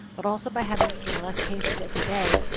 but also by having less cases every day,